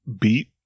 beat